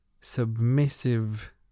submissive